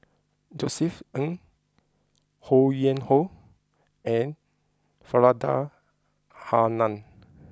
Josef Ng Ho Yuen Hoe and Faridah Hanum